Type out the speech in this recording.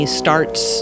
starts